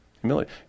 humility